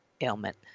ailment